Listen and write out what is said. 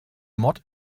mod